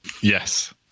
Yes